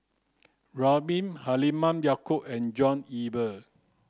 Ramli Halimah Yacob and John Eber